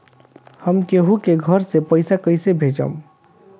हम केहु के घर से पैसा कैइसे भेजम?